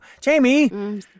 Jamie